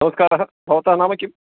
नमस्कारः भवतः नाम किम्